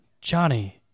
Johnny